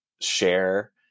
share